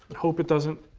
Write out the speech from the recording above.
hope it doesn't